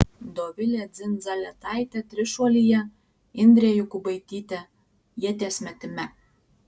dovilė dzindzaletaitė trišuolyje indrė jakubaitytė ieties metime